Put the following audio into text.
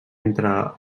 entra